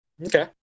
Okay